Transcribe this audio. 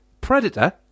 Predator